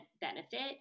benefit